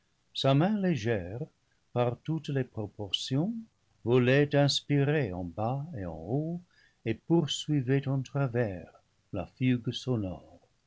sa main légère par toutes les proportions volait inspirée en bas et en haut et poursuivait en travers la fugue sonore